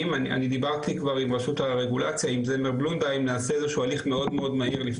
וההמלצה של שר הבריאות לעניין מסוים.